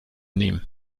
nehmen